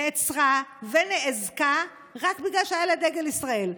נעצרה ונאזקה רק בגלל שהיה לה דגל ישראל,